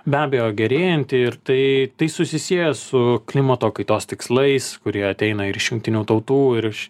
be abejo gerėjanti ir tai tai susisieja su klimato kaitos tikslais kurie ateina ir iš jungtinių tautų ir iš